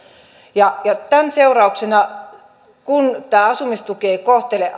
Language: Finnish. tämän seurauksena kun tämä asumistuki ei kohtele